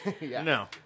No